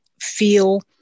feel